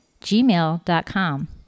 gmail.com